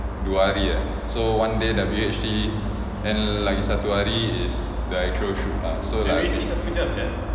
dua hari ah so one day W_H_D then lagi satu hari the actual shoot ah